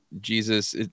Jesus